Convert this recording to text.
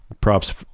props